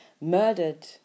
murdered